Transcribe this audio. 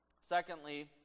Secondly